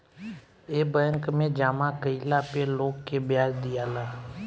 ए bank मे जामा कइला पे लोग के ब्याज दियाला